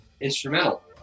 instrumental